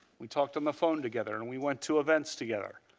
we talked on the phone together and we went to events together.